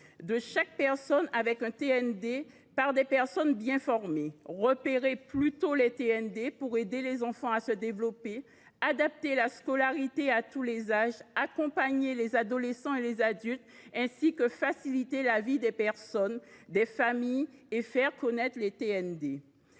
de chaque personne souffrant d’un TND par des personnes bien formées ; repérer plus tôt les TND pour aider les enfants à se développer ; adapter la scolarité à tous les âges ; accompagner les adolescents et les adultes ; faciliter la vie des personnes et des familles concernées et faire connaître les TND.